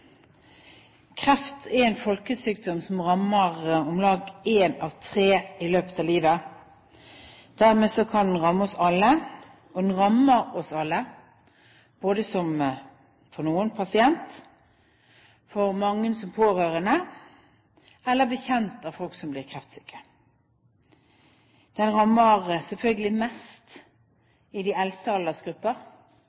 Kreft er en folkesykdom som rammer om lag én av tre i løpet av livet. Dermed kan den ramme oss alle – den rammer noen som pasient, mange som pårørende, eller som bekjent av folk som blir kreftsyke. Den rammer selvfølgelig mest